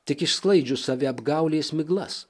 tik išsklaidžius saviapgaulės miglas